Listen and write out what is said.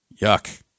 Yuck